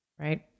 Right